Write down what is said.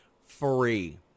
Free